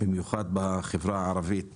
במיוחד בחברה הערבית